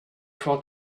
for